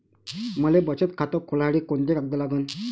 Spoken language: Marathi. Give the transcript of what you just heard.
मले बचत खातं खोलासाठी कोंते कागद लागन?